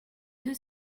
deux